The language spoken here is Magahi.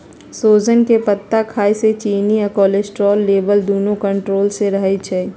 सोजन के पत्ता खाए से चिन्नी आ कोलेस्ट्रोल लेवल दुन्नो कन्ट्रोल मे रहई छई